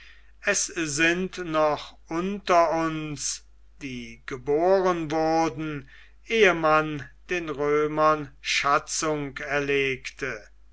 es sind noch unter uns die geboren wurden ehe man den römern schatzung erlegte